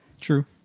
True